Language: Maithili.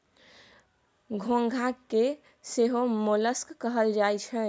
घोंघा के सेहो मोलस्क कहल जाई छै